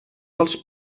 dels